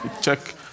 Check